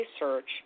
Research